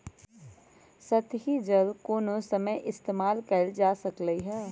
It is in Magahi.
सतही जल कोनो समय इस्तेमाल कएल जा सकलई हई